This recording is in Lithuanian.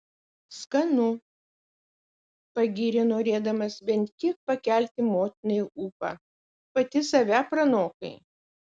skanu pagyrė norėdamas bent kiek pakelti motinai ūpą pati save pranokai